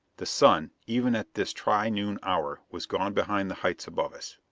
the sun, even at this tri-noon hour, was gone behind the heights above us.